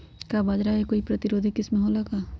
का बाजरा के कोई प्रतिरोधी किस्म हो ला का?